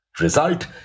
Result